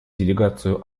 делегацию